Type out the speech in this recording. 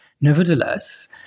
Nevertheless